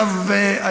אגב,